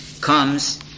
comes